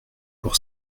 pour